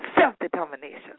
self-determination